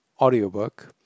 audiobook